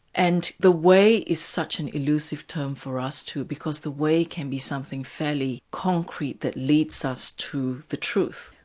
and the way is such an elusive term for us too, because the way can be something fairly concrete that leads us to the truth,